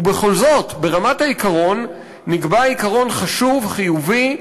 ובכל זאת, ברמת העיקרון, נקבע עיקרון חשוב, חיובי,